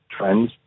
trends